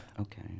okay